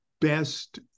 best